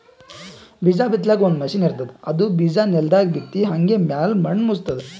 ಬೀಜಾ ಬಿತ್ತಲಾಕ್ ಒಂದ್ ಮಷಿನ್ ಇರ್ತದ್ ಅದು ಬಿಜಾ ನೆಲದಾಗ್ ಬಿತ್ತಿ ಹಂಗೆ ಮ್ಯಾಲ್ ಮಣ್ಣ್ ಮುಚ್ತದ್